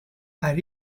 are